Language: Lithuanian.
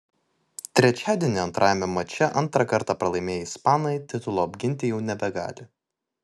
trečiadienį antrajame mače antrą kartą pralaimėję ispanai titulo apginti jau nebegali